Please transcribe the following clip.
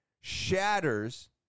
shatters